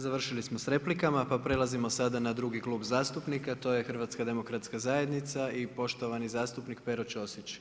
Završili smo s replikama pa prelazimo sada na drugi klub zastupnika, to je HDZ i poštovani zastupnik Pero Ćosić.